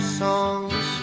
songs